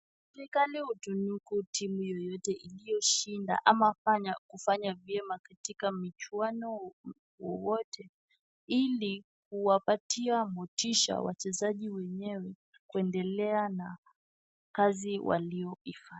Serikali hutunuku timu yoyote iliyoshinda ama kufanya vyema katika mchuano wowote ili kuwapatia motisha wachezaji wenyewe kuendelea na kazi walioifanya.